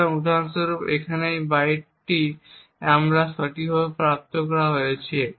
সুতরাং উদাহরণস্বরূপ এখানে এই বাইকটি সঠিকভাবে প্রাপ্ত করা হয়েছে